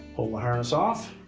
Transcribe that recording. pull the harness off.